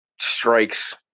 strikes